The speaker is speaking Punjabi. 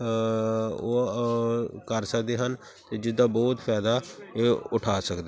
ਓ ਕਰ ਸਕਦੇ ਹਨ ਅਤੇ ਜਿਹਦਾ ਬਹੁਤ ਫਾਇਦਾ ਉਠਾ ਸਕ